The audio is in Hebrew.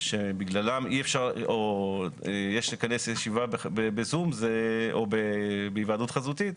שבגללן יש לכנס ישיב ב-זום או בהיוועדות חזותית,